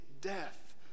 death